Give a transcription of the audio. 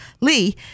Lee